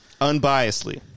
Unbiasedly